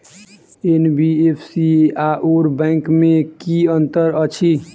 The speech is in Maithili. एन.बी.एफ.सी आओर बैंक मे की अंतर अछि?